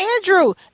Andrew